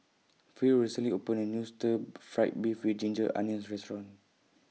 Phil recently opened A New Stir Fried Beef with Ginger Onions Restaurant